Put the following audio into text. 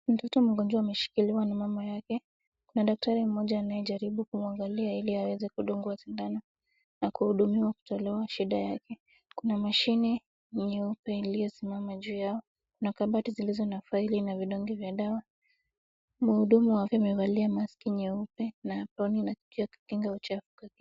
Mtoto mgonjwa ameshikiliwa na mama yake na daktari mmoja anayejaribu kumwangalia ili aweze kudungwa sindano na kuhudumiwa kuelewa shida yake. Kuna mashini nyeupe iliyosimama juu yao na kabati zilizo na faili na vidonge vya dawa. Mhudumu wa afya amevalia maski nyeupe na gauni ya kukinga uchafu.